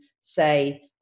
say